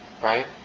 right